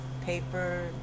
paper